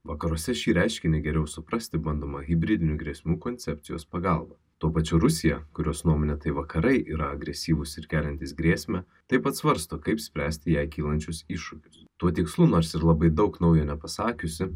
vakaruose šį reiškinį geriau suprasti bandoma hibridinių grėsmių koncepcijos pagalba tuo pačiu rusija kurios nuomone tai vakarai yra agresyvūs ir keliantys grėsmę taip pat svarsto kaip spręsti jai kylančius iššūkius tuo tikslu nors ir labai daug naujo nepasakiusi